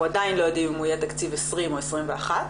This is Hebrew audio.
אנחנו עדיין לא יודעים אם הוא יהיה תקציב 2020 או תקציב 2021,